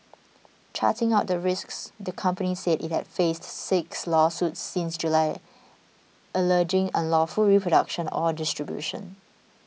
charting out the risks the company said it had faced six lawsuits since July alleging unlawful reproduction or distribution